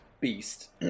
beast